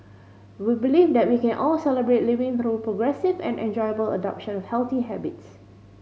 we believe that we can all Celebrate Living through progressive and enjoyable adoption healthy habits